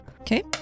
Okay